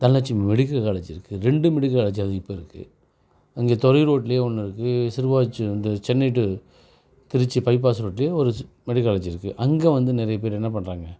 Dhanalakshmi medical college இருக்குது ரெண்டு medical college அதுவும் இப்போருக்கு அங்கே துறையூர் ரோட்லேயே ஒன்றிருக்கு திருவாச்சி அந்த சென்னை டூ திருச்சி பைப்பாஸ் ரோட்லேயும் ஒரு சி மெடிக்கல் காலேஜ் இருக்குது அங்கே வந்து நிறைய பேர் என்ன பண்ணுறாங்க